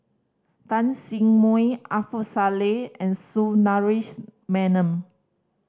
Tan Sin Salleh and Sundaresh Menon